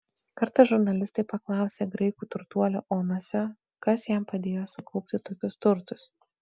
kartą žurnalistai paklausė graikų turtuolio onasio kas jam padėjo sukaupti tokius turtus